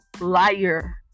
liar